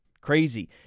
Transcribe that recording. Crazy